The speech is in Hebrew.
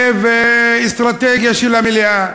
מתווה ואסטרטגיה של המליאה.